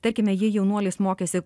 tarkime jei jaunuolis mokėsi